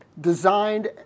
designed